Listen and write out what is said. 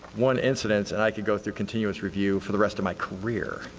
one incidence and i could go through continuous review for the rest of my career.